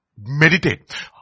meditate